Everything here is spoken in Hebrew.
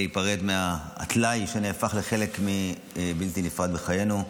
להיפרד מהטלאי שנהפך לחלק בלתי נפרד מחיינו,